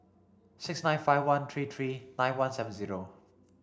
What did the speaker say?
six nine five one three three nine one seven zero